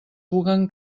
puguen